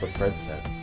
but fred said.